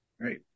Great